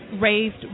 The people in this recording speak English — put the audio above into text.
raised